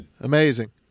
Amazing